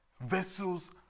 Vessels